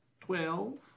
Twelve